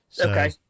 Okay